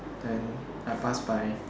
then I pass by